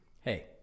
hey